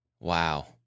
Wow